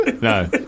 No